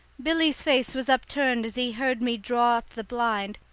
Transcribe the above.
billy's face was upturned as he heard me draw up the blind,